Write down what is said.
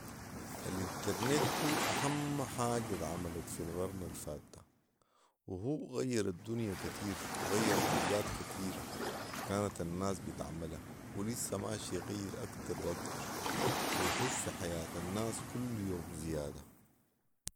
النترنت هو اهم حاجه اتعملت في القرن الفات ده وهوغير الدنيا كتير وغير حاجات كتيره كانت الناس بتعملها ولسه ماشي يغير اكتر واكتر ويخش في حياه الناس كل يوم زياده